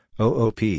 OOP